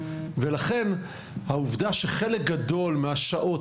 ולכן העובדה שחלק גדול מהשעות,